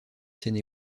seine